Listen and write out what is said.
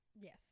Yes